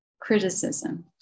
criticism